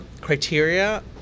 criteria